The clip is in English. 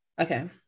Okay